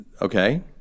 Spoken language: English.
Okay